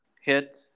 hit